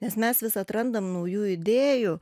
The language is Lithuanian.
nes mes vis atrandam naujų idėjų